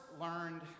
learned